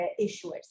issuers